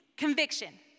Conviction